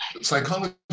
Psychology